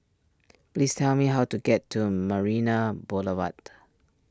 please tell me how to get to a Marina Boulevard